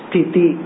Titi